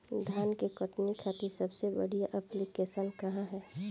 धान के कटनी खातिर सबसे बढ़िया ऐप्लिकेशनका ह?